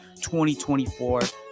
2024